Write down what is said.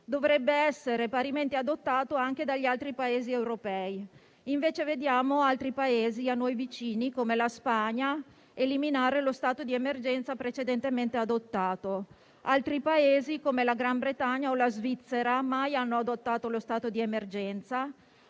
dovrebbe essere parimenti adottato anche dagli altri Paesi europei; invece, vediamo altri Paesi a noi vicini come la Spagna eliminare lo stato di emergenza precedentemente adottato, altri Paesi come la Gran Bretagna o la Svizzera non hanno mai adottato lo stato di emergenza,